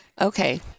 okay